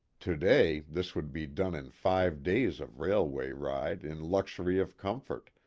to-day this would be done in five days of railway ride in luxury of comfort,